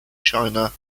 china